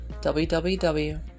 www